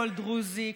כל דרוזי,